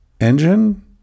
engine